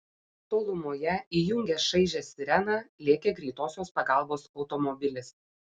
tolumoje įjungęs šaižią sireną lėkė greitosios pagalbos automobilis